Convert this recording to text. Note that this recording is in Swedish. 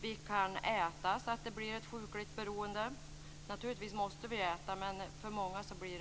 Vi kan äta så att det blir ett sjukligt beroende - naturligtvis måste vi äta, men för många blir